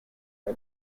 for